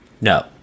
no